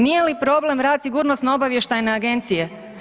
Nije li problem rad Sigurnosno obavještajne agencije?